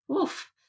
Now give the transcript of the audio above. oof